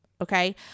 Okay